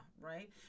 right